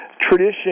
tradition